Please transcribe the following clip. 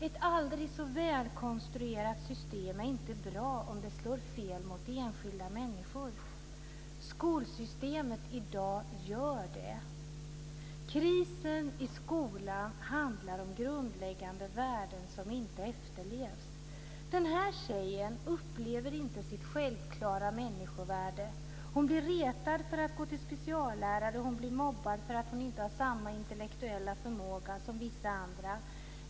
Ett aldrig så välkonstruerat system är inte bra om det slår fel mot enskilda människor. Skolsystemet i dag gör det. Krisen i skolan handlar om grundläggande värden som inte efterlevs. Den här tjejen upplever inte sitt självklara människovärde. Hon blir retad för att hon går till speciallärare, och hon blir mobbad för att hon inte har samma intellektuella förmåga som vissa andra.